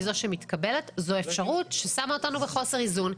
זו שמתקבלת זו אפשרות ששמה אותנו בחוסר איזון.